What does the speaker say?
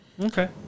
Okay